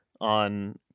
on